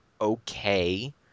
okay